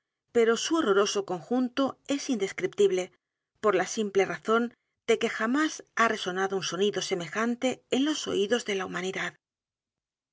pero su horroroso conjunto es indescriptible por la simple razón de que jamás ha resonado un sonido semejante en los oídos de la humanidad